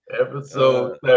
Episode